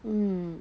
mm